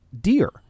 deer